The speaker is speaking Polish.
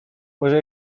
może